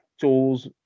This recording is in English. tools